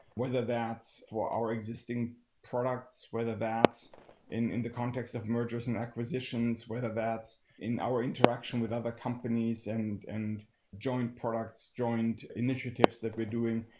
whether that's for our existing products, whether that's in the context of mergers and acquisitions, whether that's in our interaction with other companies and and joint products, joint initiatives that we're doing,